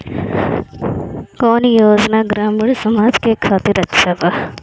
कौन योजना ग्रामीण समाज के खातिर अच्छा बा?